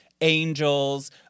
angels